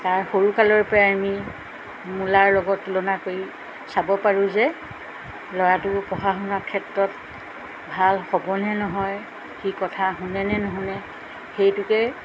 তাৰ সৰুকালৰপৰাই আমি মূলাৰ লগত তুলনা কৰি চাব পাৰোঁ যে ল'ৰাটো পঢ়া শুনাৰ ক্ষেত্ৰত ভাল হ'বনে নহয় সি কথা শুনে নে নুশুনে সেইটোকে